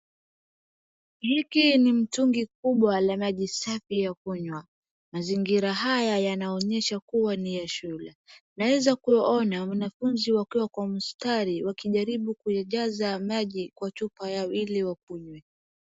Hiki ni mtungi kubwa la maji safi ya kunywa. Mazingira haya yanaonyesha kuwa ni ya shule. Naeza kuona wanafuzi wakiwa kwa mstari wakijaribu kuijaza maji kwa chupa yao ili wakunywe.